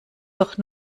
doch